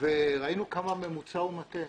ראינו כמה ממוצע הוא מטעה.